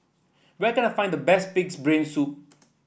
where can I find the best pig's brain soup